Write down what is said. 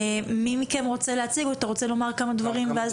מי מכם רוצה להציג או אתה רוצה לומר כמה דברים?